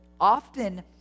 often